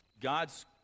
God's